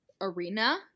arena